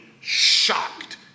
shocked